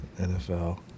NFL